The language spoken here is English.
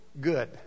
Good